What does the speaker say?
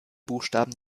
buchstaben